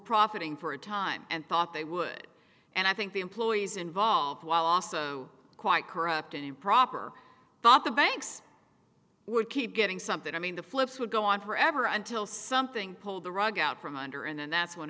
profiting for a time and thought they would and i think the employees involved while also quite corrupt and improper thought the banks would keep getting something i mean the flips would go on forever until something pulled the rug out from under and that's when